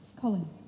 Colin